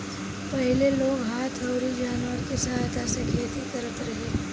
पहिले लोग हाथ अउरी जानवर के सहायता से खेती करत रहे